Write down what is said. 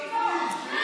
תקשיב, אני